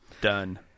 Done